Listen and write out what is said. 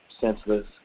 senseless